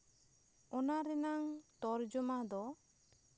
ᱚᱱᱟ ᱨᱮᱱᱟᱝ ᱛᱚᱨᱡᱚᱢᱟ ᱫᱚ